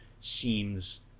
seems